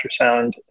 ultrasound